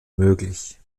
möglich